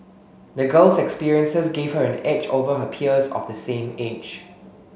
the girl's experiences gave her an edge over her peers of the same age